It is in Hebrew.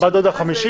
בת דודה חמישית?